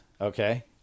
Okay